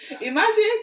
Imagine